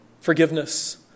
forgiveness